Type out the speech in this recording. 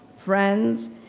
friends,